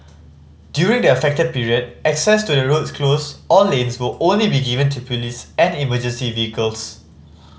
during the affected period access to the roads closed or lanes will only be given to police and emergency vehicles